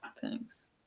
Thanks